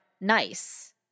nice